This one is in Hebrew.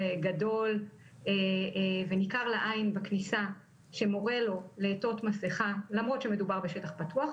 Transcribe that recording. גדול וניכר לעין בכניסה שמורה לו לעטות מסכה למרות שמדובר בשטח פתוח,